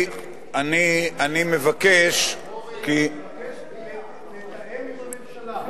אורי, תבקש לתאם עם הממשלה.